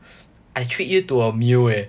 I treat you to a meal eh